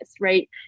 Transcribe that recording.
right